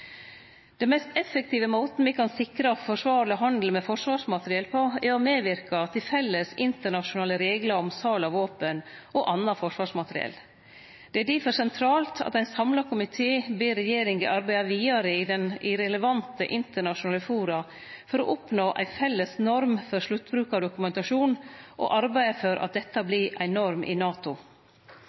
mest effektive måten me kan sikre forsvarleg handel med forsvarsmateriell på, er å medverke til felles internasjonale reglar om sal av våpen og anna forsvarsmateriell. Det er difor sentralt at ein samla komité ber regjeringa arbeide vidare i relevante internasjonale fora for å oppnå ei felles norm for sluttbrukardokumentasjon, og arbeide for at dette blir norm i NATO.